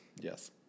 Yes